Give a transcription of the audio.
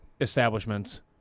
establishments